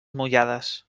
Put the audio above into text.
mullades